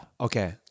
Okay